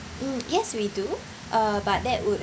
mm yes we do uh but that would